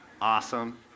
Awesome